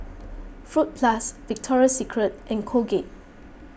Fruit Plus Victoria Secret and Colgate